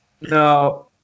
No